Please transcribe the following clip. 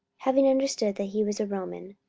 having understood that he was a roman.